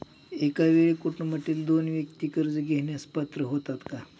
एका वेळी कुटुंबातील दोन व्यक्ती कर्ज घेण्यास पात्र होतात का?